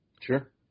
Sure